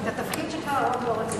התפקיד שלך, הרוב לא רוצים.